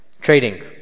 Trading